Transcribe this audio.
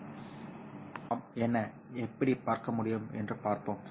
எனவே நாம் என்ன எப்படி பார்க்க முடியும் என்று பார்ப்போம்